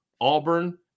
Auburn